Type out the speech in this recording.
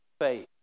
faith